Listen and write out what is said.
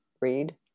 read